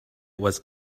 was